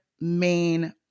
main